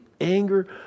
anger